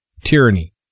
tyranny